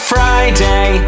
Friday